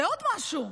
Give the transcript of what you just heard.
ועוד משהו: